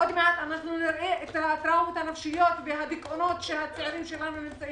עוד מעט נראה את הטראומות הנפשיות והדיכאונות שהצעירים שלנו סובלים